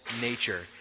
nature